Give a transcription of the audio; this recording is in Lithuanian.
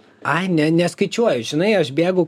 ai ne neskaičiuoja žinai aš bėgu